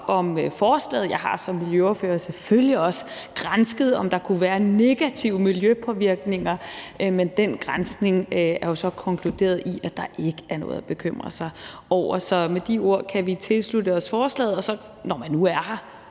om forslaget. Jeg har som miljøordfører selvfølgelig også gransket, om der kunne være negative miljøpåvirkninger, men den granskning er jo så resulteret i den konklusion, at der ikke er noget at bekymre sig over. Så med de ord kan vi tilslutte os forslaget. Og når jeg nu er her,